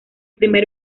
primer